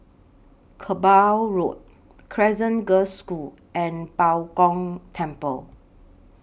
Kerbau Road Crescent Girls' School and Bao Gong Temple